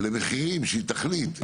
למחירים שהיא תחליט,